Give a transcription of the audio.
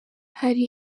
hari